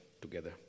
together